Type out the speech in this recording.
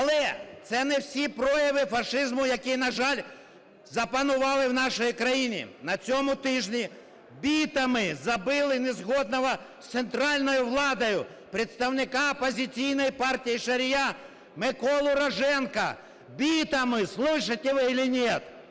Але це не всі прояви фашизму, які, на жаль, запанували в нашій країні. На цьому тижні бітами забили незгодного з центральною владою представника опозиційної "Партії Шарія" Миколу Роженка. Бітами, слышите ви или